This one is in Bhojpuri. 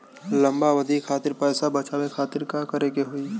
लंबा अवधि खातिर पैसा बचावे खातिर का करे के होयी?